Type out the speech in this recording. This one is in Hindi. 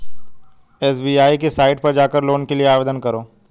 एस.बी.आई की साईट पर जाकर लोन के लिए आवेदन करो